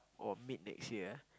or mid next year ah